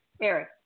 Eric